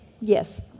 yes